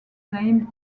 named